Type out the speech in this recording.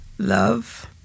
Love